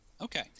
Okay